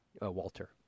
Walter